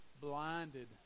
blinded